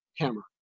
camera